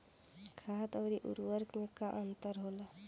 खाद्य आउर उर्वरक में का अंतर होला?